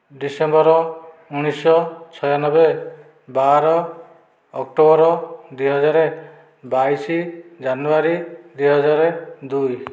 December ଊଣେଇଶଶହ ଛୟାନବେ ବାର ଅକ୍ଟୋବର ଦୁଇ ହଜାରେ ବାଇଶ ଜାନୁଆରି ଦୁଇହଜାର ଦୁଇ